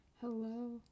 Hello